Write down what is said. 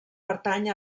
pertany